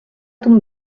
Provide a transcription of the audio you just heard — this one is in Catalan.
ton